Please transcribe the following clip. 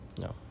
No